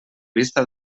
vista